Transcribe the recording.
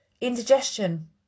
Indigestion